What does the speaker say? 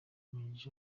maj